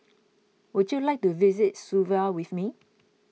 would you like to visit Suva with me